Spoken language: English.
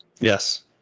Yes